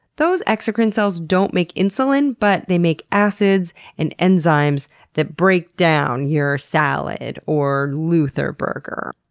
those exocrine cells don't make insulin but they make acids and enzymes that break down your salad, or luther burger.